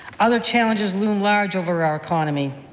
other challenges loom large over our economy.